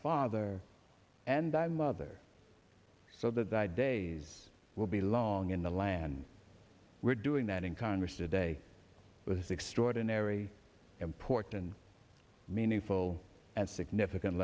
father and i mother so that by days will be long in the land we're doing that in congress today was extraordinary important meaning oh and significant